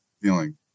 feeling